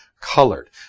colored